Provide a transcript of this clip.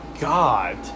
God